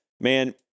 man